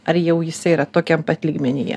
ar jau jisai yra tokiam pat lygmenyje